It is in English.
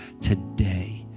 today